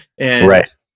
Right